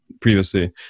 previously